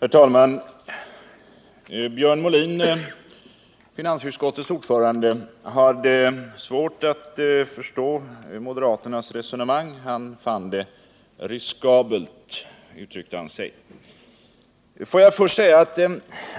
Herr talman! Björn Molin, finansutskottets ordförande, hade svårt att förstå moderaternas resonemang; han fann det riskabelt. Får jag först säga att